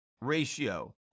ratio